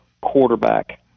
quarterback